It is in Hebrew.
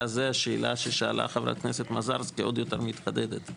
זה השאלה ששאלה חברת הכנסת מזרסקי עוד יותר מתחדדת.